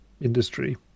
industry